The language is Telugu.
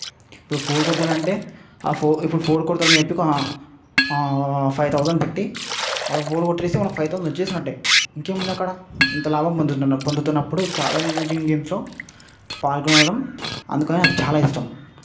ఇప్పుడు ఫోర్ కొడతారంటే ఫో ఇప్పుడు ఫోర్ కొడతారని చెప్పి ఒక ఫైవ్ థౌజెండ్ పెట్టి వాళ్ళు ఫోరు కొట్టేస్తే మనకు ఫైవ్ థౌజెండ్ వచ్చేసినట్టే ఇంకేముందక్కడ ఇంత లాభం పొందుతున్న పొందుతున్నప్పుడు ఛాలెంజింగ్ గేమ్స్తో పాల్గొనడం అందుకే నాకు చాలా ఇష్టం